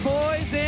boys